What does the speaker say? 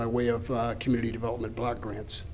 by way of community development block grants